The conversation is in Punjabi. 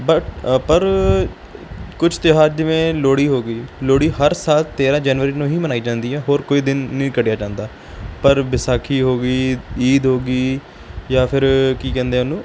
ਬਟ ਪਰ ਕੁਛ ਤਿਉਹਾਰ ਜਿਵੇਂ ਲੋਹੜੀ ਹੋ ਗਈ ਲੋਹੜੀ ਹਰ ਸਾਲ ਤੇਰਾਂ ਜਨਵਰੀ ਨੂੰ ਨਹੀਂ ਮਨਾਈ ਜਾਂਦੀ ਹੈ ਹੋਰ ਕੋਈ ਦਿਨ ਨਹੀਂ ਕੱਢਿਆ ਜਾਂਦਾ ਪਰ ਵਿਸਾਖੀ ਹੋ ਗਈ ਈਦ ਹੋ ਗਈ ਜਾਂ ਫਿਰ ਕੀ ਕਹਿੰਦੇ ਆ ਉਹਨੂੰ